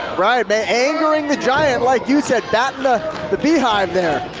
right man. angering the giant, like you say, battin' the the beehive there.